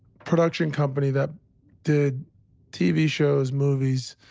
production company that did tv shows, movies,